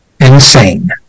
insane